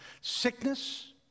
Sickness